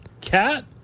Cat